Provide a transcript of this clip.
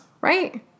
right